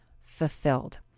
fulfilled